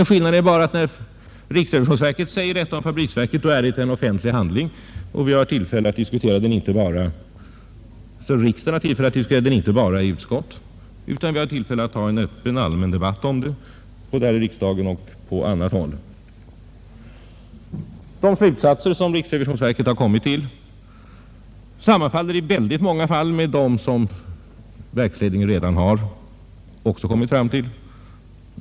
Skillnaden är bara att när riksrevisionsverket säger något om Förenade fabriksverken är det en offentlig handling och det ges tillfälle att diskutera den, inte bara i riksdagens utskott, utan vi har också tillfälle att ha en öppen, allmän debatt om den i riksdagen och på annat håll. De slutsatser som riksrevisionsverket har kommit till sammanfaller i många fall också med dem som verksledningen redan har kommit fram till.